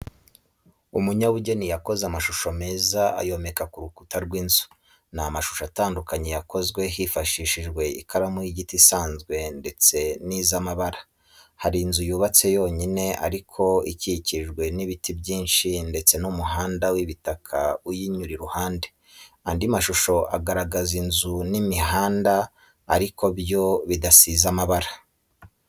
Umunyabugeni yakoze amashusho meza ayomeka ku rukuta rw'inzu, ni amashusho atandukanye yakozwe hifashishijwe ikaramu y'igiti isanzwe ndetse n'iz'amabara, hari inzu yubatse yonyine ariko ikikijwe n'ibiti byinshi ndetse n'umuhanda w'ibitaka uyinyura iruhande. Andi mashusho agaragaza inzu n'imihanda ariko byo bidasize amabara.